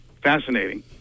fascinating